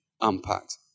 unpacked